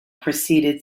proceeded